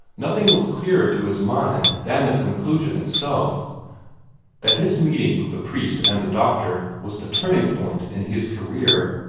nothing was clearer to his mind than the conclusion itself that his meeting, with the priest and the doctor was the turning-point in his career.